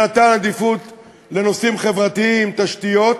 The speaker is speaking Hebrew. שנתן עדיפות לנושאים חברתיים, תשתיות,